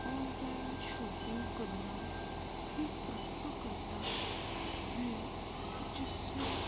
on line shopping کرنا ہی prefer کرتا ہے جس سے